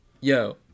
Yo